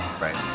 right